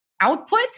output